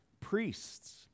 priests